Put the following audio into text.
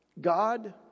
God